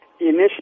Initially